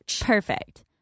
perfect